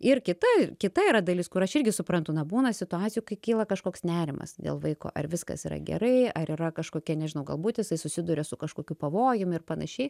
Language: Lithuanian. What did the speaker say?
ir kita kita yra dalis kur aš irgi suprantu na būna situacijų kai kyla kažkoks nerimas dėl vaiko ar viskas yra gerai ar yra kažkokia nežinau galbūt jisai susiduria su kažkokiu pavojum ir panašiai